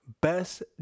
Best